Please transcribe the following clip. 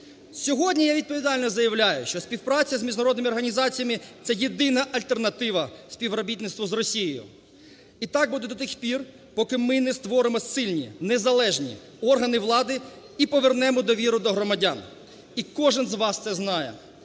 Сьогодні я відповідально заявляю, що співпраця з міжнародними організаціями – це єдина альтернатива співробітництву з Росією. І так буде до тих пір, поки ми не створимо сильні незалежні органи влади і повернемо довіру до громадян. І кожен з вас це знає.